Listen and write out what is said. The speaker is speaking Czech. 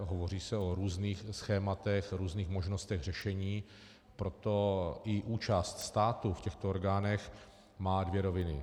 Hovoří se o různých schématech, různých možnostech řešení, proto i účast státu v těchto orgánech má dvě roviny.